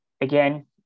again